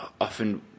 often